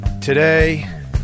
Today